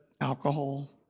Alcohol